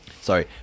sorry